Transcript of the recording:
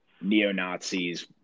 neo-nazis